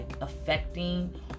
affecting